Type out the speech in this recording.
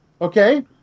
Okay